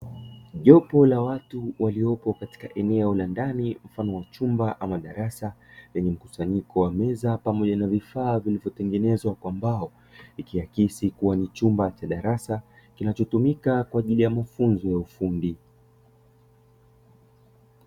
Jopo la watu waliopo katika eneo la ndani mfano wa chumba ama darasa, lenye mkusanyiko wa meza pamoja na vifaa vilivyotengenezwa kwa mbao, ikiakisi kuwa ni chumba cha darasa kinachotumika kwa ajili ya mafunzo ya ufundi.